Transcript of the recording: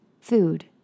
food